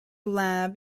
lab